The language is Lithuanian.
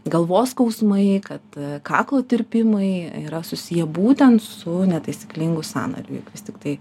galvos skausmai kad kaklo tirpimai yra susiję būtent su netaisyklingu sanariu juk vis tiktai